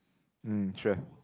mm sure